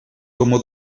cómo